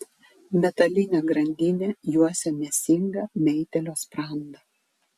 metalinė grandinė juosia mėsingą meitėlio sprandą